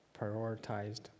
prioritized